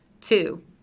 Two